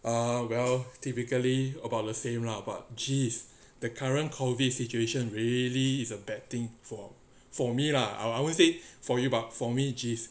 ugh well typically about the same lah but jeez the current COVID situation really is a bad thing for for me lah I I won't say for you but for me jeez